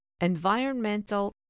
environmental